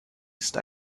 ist